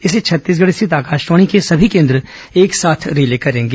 इसे छत्तीसगढ़ स्थित आकाशवाणी के सभी केन्द्र एक साथ रिले करेंगे